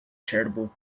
charitable